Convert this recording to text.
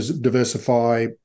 diversify